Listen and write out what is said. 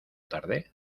tarde